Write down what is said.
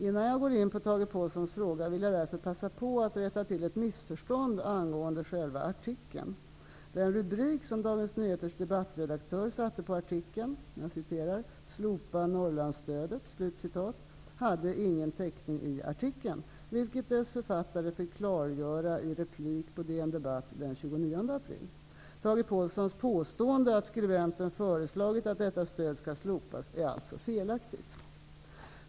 Innan jag går in på Tage Påhlssons fråga vill jag därför passa på att rätta till ett missförstånd angående själva artikeln. Den rubrik som Dagens Nyheters debattredaktör satte på artikeln, ''Slopa Norrlandsstödet! '', hade ingen täckning i artikeln, vilket dess författare fick klargöra i replik på DN-debatt den 29 april. Tage Påhlssons påstående att skribenten föreslagit att detta stöd skall slopas är alltså felaktigt.